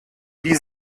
wie